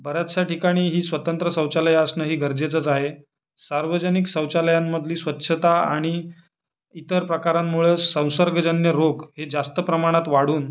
बऱ्याचशा ठिकाणी ही स्वतंत्र शौचालयं असणंही गरजेचंच आहे सार्वजनिक शौचालयांमधली स्वच्छता आणि इतर प्रकारांमुळं संसर्गजन्य रोग हे जास्त प्रमाणात वाढून